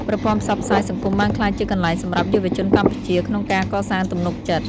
ប្រព័ន្ធផ្សព្វផ្សាយសង្គមបានក្លាយជាកន្លែងសម្រាប់យុវជនកម្ពុជាក្នុងការកសាងទំនុកចិត្ត។